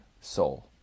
soul